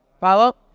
Follow